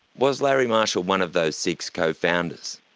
was larry marshall one of those six cofounders?